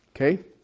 okay